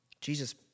Jesus